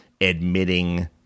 admitting